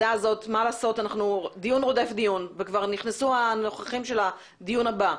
עכשיו עוד דיון דיון רודף דיון וכבר נכנסו הנוכחים של הדיון הבא.